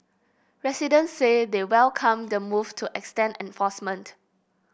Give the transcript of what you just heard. residents say they welcome the move to extend enforcement